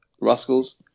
Rascals